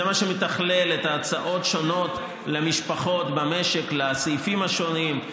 זה מה שמתכלל את ההוצאות השונות של משפחות במשק בסעיפים השונים,